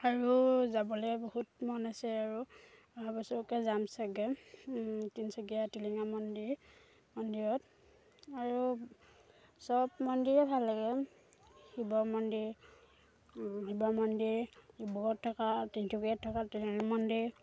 আৰু যাবলৈ বহুত মন আছে আৰু অহা বছৰকৈ যাম চাগে তিনিচুকীয়া টিলিঙা মন্দিৰ মন্দিৰত আৰু সব মন্দিৰে ভাল লাগে শিৱ মন্দিৰ শিৱ মন্দিৰ বহুত থকা তিনিচুকীয়াত থকা টিলিঙা মন্দিৰ